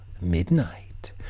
midnight